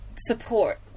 support